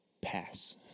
pass